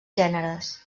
gèneres